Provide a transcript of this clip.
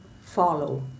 follow